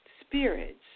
spirits